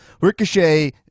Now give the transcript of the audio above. Ricochet